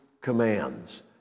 commands